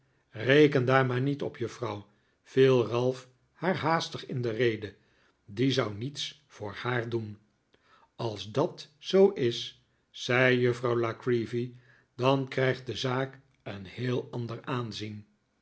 reken daar maar niet op juffrouw viel ralph haar haastig in de rede die zou niets voor haar doen als dat zoo is zei juffrouw la creevy dan krijgt de zaak een heel ander aanzien